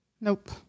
Nope